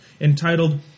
entitled